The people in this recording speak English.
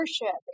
worship